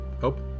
Hope